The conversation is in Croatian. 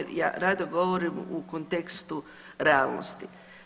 Rado govorim u kontekstu realnosti.